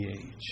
age